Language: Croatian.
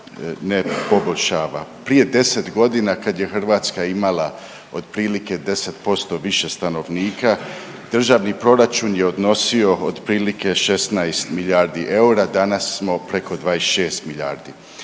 ne poboljšava. Prije 10 godina kad je Hrvatska imala otprilike 10% više stanovnika državni proračun je odnosio otprilike 16 milijardi eura, danas smo preko 26 milijardi.